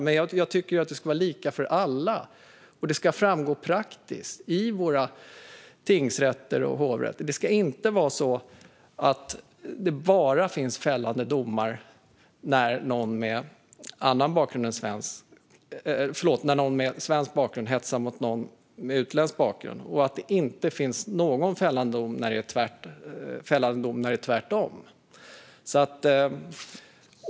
Men jag tycker att det ska vara lika för alla, och detta ska framgå praktiskt i våra tingsrätter och hovrätter. Det ska inte vara så att det bara finns fällande domar när någon med svensk bakgrund hetsar mot någon med utländsk bakgrund och att det inte finns någon fällande dom när det är tvärtom.